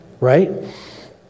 right